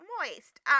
moist